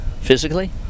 physically